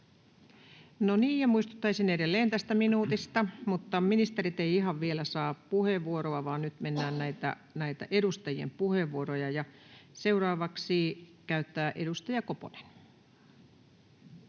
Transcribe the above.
hallituksessa. Muistuttaisin edelleen tästä minuutista. — Ministerit eivät ihan vielä saa puheenvuoroa, vaan nyt mennään näitä edustajien puheenvuoroja. — Ja seuraavaksi edustaja Koponen.